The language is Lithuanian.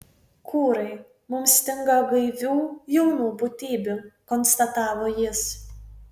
kūrai mums stinga gaivių jaunų būtybių konstatavo jis